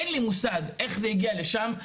אין לי מושג איך זה הגיע לשם,